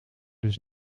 dus